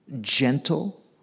gentle